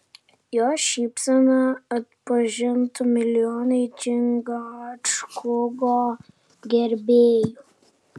jos šypseną atpažintų milijonai čingačguko gerbėjų